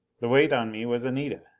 the weight on me was anita.